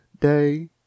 Day